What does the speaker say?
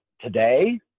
today